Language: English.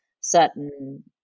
certain